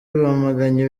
bamaganye